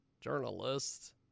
journalist